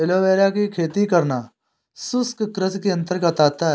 aloe vera की खेती करना शुष्क कृषि के अंतर्गत आता है